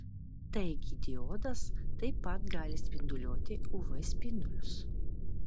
taigi diodas taip pat gali spinduliuoti uv spindulius